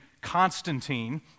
Constantine